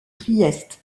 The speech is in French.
trieste